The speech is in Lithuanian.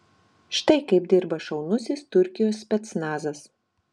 štai kaip dirba šaunusis turkijos specnazas